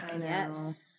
yes